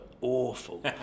awful